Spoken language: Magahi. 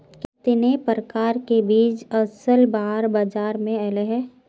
कितने प्रकार के बीज असल बार बाजार में ऐले है?